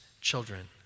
children